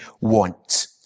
want